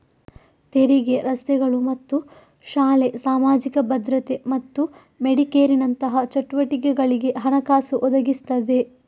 ತೆರಿಗೆ ರಸ್ತೆಗಳು ಮತ್ತು ಶಾಲೆ, ಸಾಮಾಜಿಕ ಭದ್ರತೆ ಮತ್ತು ಮೆಡಿಕೇರಿನಂತಹ ಚಟುವಟಿಕೆಗಳಿಗೆ ಹಣಕಾಸು ಒದಗಿಸ್ತದೆ